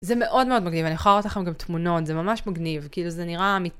זה מאוד מאוד מגניב, אני יכולה לראות לכם גם תמונות, זה ממש מגניב, כאילו זה נראה אמיתי.